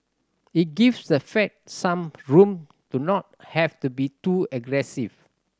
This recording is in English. it gives the Fed some room to not have to be too aggressive